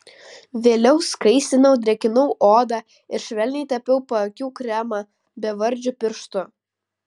valiau skaistinau drėkinau odą ir švelniai tepiau paakių kremą bevardžiu pirštu